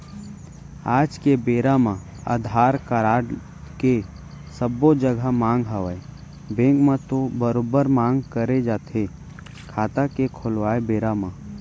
आज के बेरा म अधार कारड के सब्बो जघा मांग हवय बेंक म तो बरोबर मांग करे जाथे खाता के खोलवाय बेरा म